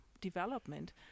development